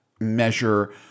measure